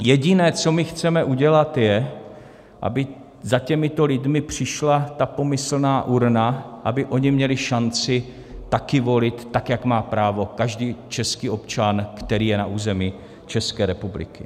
Jediné, co my chceme udělat, je, aby za těmito lidmi přišla ta pomyslná urna, aby oni měli šanci taky volit tak, jako má právo každý český občan, který je na území České republiky.